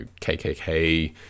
KKK